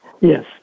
Yes